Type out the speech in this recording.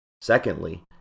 Secondly